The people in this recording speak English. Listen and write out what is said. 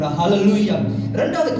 hallelujah